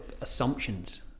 assumptions